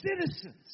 citizens